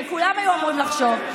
וכולם היו אמורים לחשוב,